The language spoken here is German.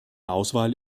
auswahl